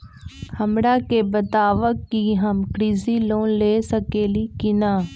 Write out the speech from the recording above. हमरा के बताव कि हम कृषि लोन ले सकेली की न?